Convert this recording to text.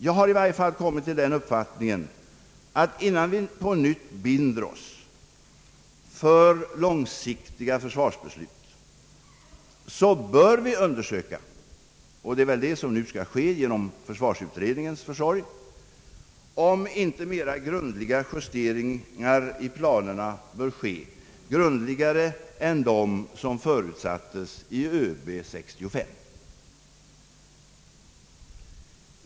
Jag har i varje fall kommit till den uppfattningen, att innan vi på nytt binder oss för långsiktiga försvarsbeslut, bör vi undersöka — det är väl det som nu skall ske genom försvarsutredningens försorg — om inte mera grundliga justeringar i planerna bör ske, grundligare än de som förutsattes av ÖB 19635.